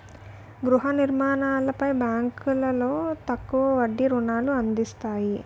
గృహ నిర్మాణాలపై బ్యాంకులో తక్కువ వడ్డీ రుణాలు అందిస్తాయి